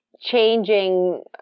changing